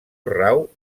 rau